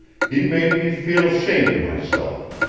he made me feel shamed of myself.